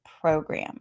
program